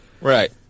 Right